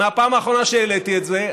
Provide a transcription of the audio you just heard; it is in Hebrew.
מהפעם האחרונה שהעליתי את זה,